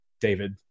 David